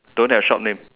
don't have shop name